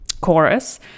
chorus